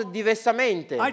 diversamente